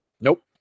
Nope